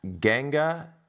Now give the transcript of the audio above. Ganga